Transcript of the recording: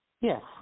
Yes